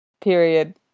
period